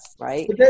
right